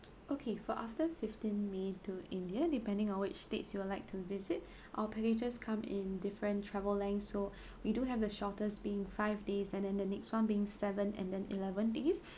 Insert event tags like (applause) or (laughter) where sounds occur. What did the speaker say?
okay for after fifteen may to india depending on which states you would like to visit (breath) our packages come in different travel length so (breath) we do have the shortest being five days and then the next [one] being seven and then eleven days